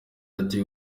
ati